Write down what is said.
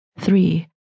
Three